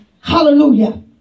Hallelujah